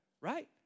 right